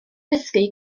dysgu